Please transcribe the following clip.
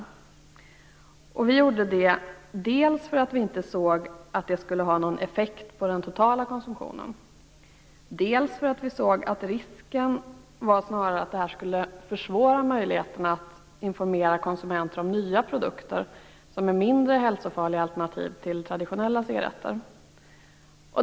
Vi gjorde det dels för att vi inte såg att det skulle ha någon effekt på den totala konsumtionen, dels för att vi såg att det fanns en risk att det snarare skulle försvåra möjligheten att informera konsumenterna om nya produkter som är mindre hälsofarliga alternativ till traditionella cigaretter.